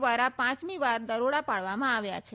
દ્વારા પાંચમીવાર દરોડા પાડવામાં આવ્યા છે